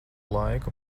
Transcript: laiku